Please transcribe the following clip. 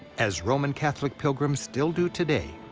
as roman catholic pilgrims still do today,